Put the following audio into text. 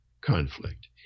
conflict